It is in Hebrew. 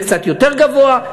יהיה קצת יותר גבוה,